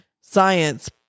science